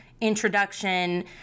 introduction